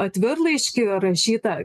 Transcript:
atvirlaiškį rašytą